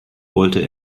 wollte